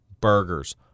burgers